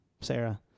Sarah